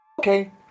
Okay